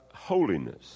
holiness